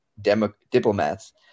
diplomats